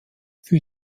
für